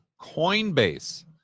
coinbase